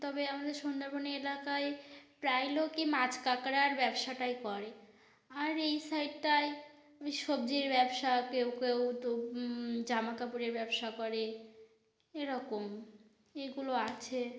তবে আমাদের সুন্দরবন এলাকায় প্রায় লোকই মাছ কাঁকড়ার ব্যবসাটাই করে আর এই সাইটটায় ওই সবজির ব্যবসা কেউ কেউ তো জামা কাপড়ের ব্যবসা করে এরকম এগুলো আছে